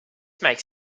makes